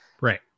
Right